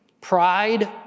Pride